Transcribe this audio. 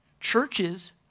churches